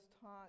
taught